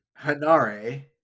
Hanare